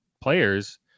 players